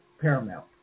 paramount